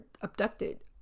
abducted